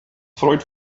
freut